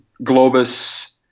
Globus